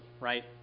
right